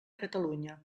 catalunya